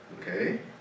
Okay